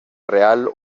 real